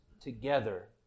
together